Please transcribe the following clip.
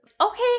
okay